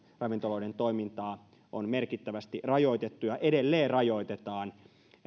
ravintoloiden toimintaa on merkittävästi rajoitettu ja edelleen rajoitetaan